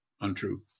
untrue